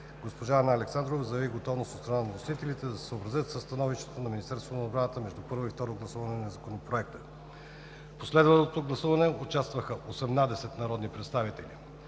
Госпожа Анна Александрова заяви готовност, от страна на вносителите, да се съобразят със становището на Министерството на отбраната между първо и второ гласуване на Законопроекта. В последвалото гласуване участваха 18 народни представители.